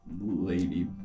lady